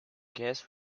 guess